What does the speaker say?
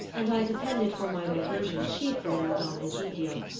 and i depended for my diversion chiefly on don egidio,